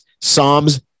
Psalms